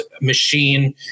machine